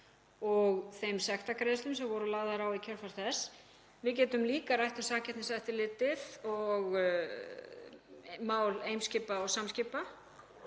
og þeirra sektargreiðslna sem voru lagðar á í kjölfar þess. Við getum líka rætt um Samkeppniseftirlitið og mál Eimskipa og Samskipa